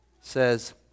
says